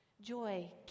Joy